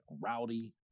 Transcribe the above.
Rowdy